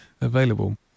available